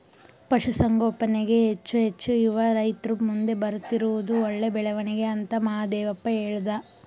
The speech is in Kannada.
ಪಶುಸಂಗೋಪನೆಗೆ ಹೆಚ್ಚು ಹೆಚ್ಚು ಯುವ ರೈತ್ರು ಮುಂದೆ ಬರುತ್ತಿರುವುದು ಒಳ್ಳೆ ಬೆಳವಣಿಗೆ ಅಂತ ಮಹಾದೇವಪ್ಪ ಹೇಳ್ದ